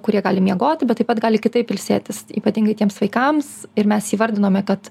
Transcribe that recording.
kurie gali miegoti bet taip pat gali kitaip ilsėtis ypatingai tiems vaikams ir mes įvardinome kad